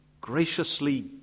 graciously